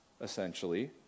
essentially